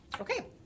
Okay